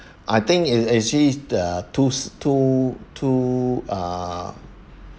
I think it's actually the two two two uh